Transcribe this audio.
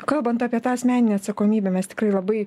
kalbant apie tą asmeninę atsakomybę mes tikrai labai